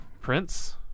Prince